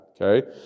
Okay